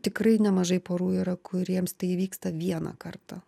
tikrai nemažai porų yra kuriems tai įvyksta vieną kartą